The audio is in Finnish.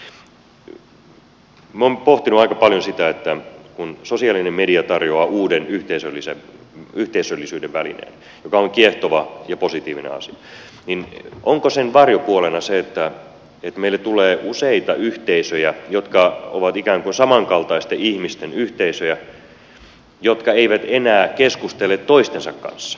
minä olen pohtinut aika paljon sitä että kun sosiaalinen media tarjoaa uuden yhteisöllisyyden välineen joka on kiehtova ja positiivinen asia niin onko sen varjopuolena se että meille tulee useita yhteisöjä jotka ovat ikään kuin samankaltaisten ihmisten yhteisöjä jotka eivät enää keskustele toistensa kanssa